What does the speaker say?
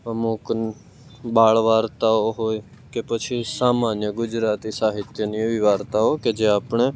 અમુક બાળ વાર્તાઓ હોય કે પછી સામાન્ય ગુજરાતી સાહિત્યની એવી વાર્તાઓ કે જે આપણે